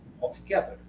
altogether